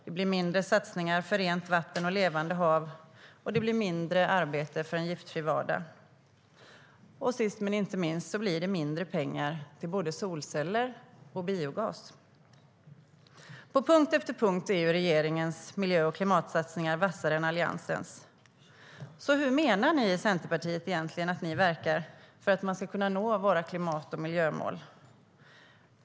Det blir mindre satsningar på rent vatten och levande hav. Och det blir mindre arbete för en giftfri vardag. Sist, men inte minst, blir det mindre pengar till både solceller och biogas. På punkt efter punkt är ju regeringens miljö och klimatsatsningar vassare än Alliansens. Så hur menar ni i Centerpartiet egentligen att ni verkar för att man ska kunna nå klimat och miljömålen?